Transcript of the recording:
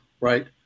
Right